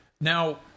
now